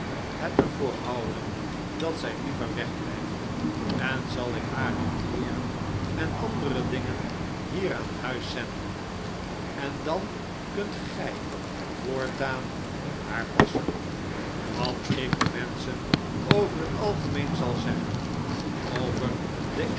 het er voor houden dat zij liever wegblijft en zal ik hare kleeren en andere dingen hier aan huis zenden en dan kunt gij voortaan op haar passen wat ik de menschen over het algemeen zal zeggen over de